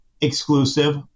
exclusive